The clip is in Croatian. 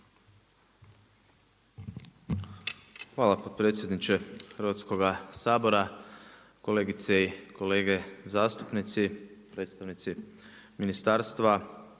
Hvala potpredsjedniče Hrvatskoga sabora, kolege i kolege zastupnici, predstavnici ministarstva.